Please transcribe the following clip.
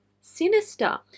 sinister